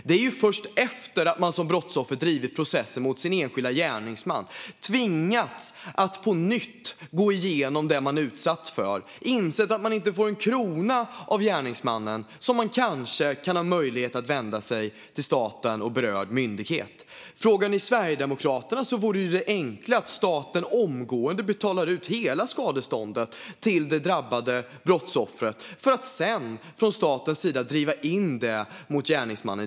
Det är först efter att man som brottsoffer drivit processen mot den enskilde gärningsmannen, tvingats att på nytt gå igenom det man utsatts för och insett att man inte får en krona av gärningsmannen som man kanske har möjlighet att vända sig till staten och berörd myndighet. Frågar man Sverigedemokraterna säger vi att det enkla vore att staten omgående betalar ut hela skadeståndet till det drabbade brottsoffret. Sedan får staten driva in det från gärningsmannen.